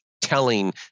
telling